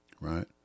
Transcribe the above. Right